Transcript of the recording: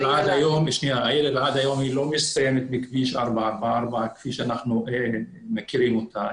העיר אלעד היום לא מסתיימת בכביש 444 כפי שאנחנו מכירים אותה.